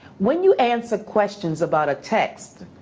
when you answer questions about a text,